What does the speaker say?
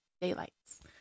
daylights